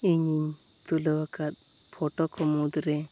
ᱤᱧᱤᱧ ᱛᱩᱞᱟᱹᱣ ᱟᱠᱟᱫ ᱯᱷᱳᱴᱳ ᱠᱚ ᱢᱩᱫᱽᱨᱮ